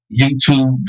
YouTube